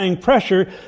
pressure